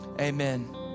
amen